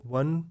one